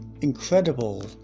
incredible